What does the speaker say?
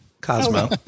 Cosmo